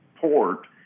port